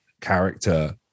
character